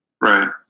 Right